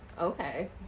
Okay